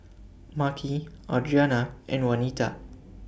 Makhi Audrianna and Wanita